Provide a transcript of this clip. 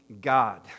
God